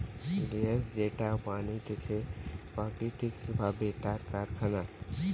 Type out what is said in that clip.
gas যেটা বানাতিছে প্রাকৃতিক ভাবে তার কারখানা